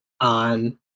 on